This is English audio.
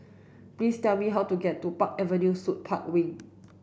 please tell me how to get to Park Avenue Suites Park Wing